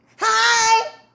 Hi